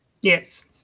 Yes